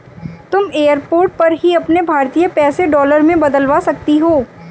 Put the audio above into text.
तुम एयरपोर्ट पर ही अपने भारतीय पैसे डॉलर में बदलवा सकती हो